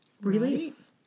release